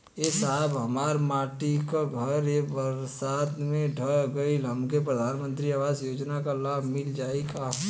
ए साहब हमार माटी क घर ए बरसात मे ढह गईल हमके प्रधानमंत्री आवास योजना क लाभ मिल जाई का?